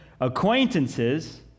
acquaintances